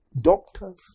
Doctors